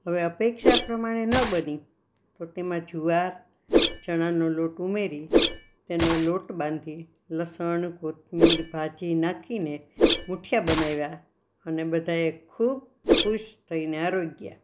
હવે અપેક્ષા પ્રમાણે ન બની તો તેમાં જુવાર ચણાનો લોટ ઉમેરી તેનો લોટ બાંધી લસણ કોથમીર ભાજી નાખીને મૂઠિયાં બનાવ્યાં અને બધાએ ખૂબ ખુશ થઈને આરોગ્યાં